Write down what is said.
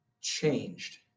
changed